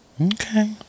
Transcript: okay